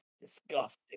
disgusting